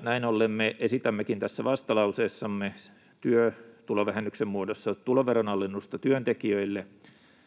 Näin ollen me esitämmekin tässä vastalauseessamme työtulovähennyksen muodossa tuloveronalennusta työntekijöille